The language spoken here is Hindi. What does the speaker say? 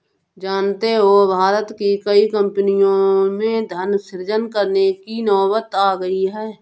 जानते हो भारत की कई कम्पनियों में धन सृजन करने की नौबत आ गई है